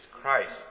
Christ